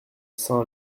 sein